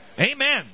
Amen